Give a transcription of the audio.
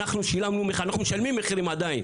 אנחנו שילמנו ומשלמים מחירים עדיין